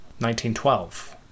1912